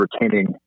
retaining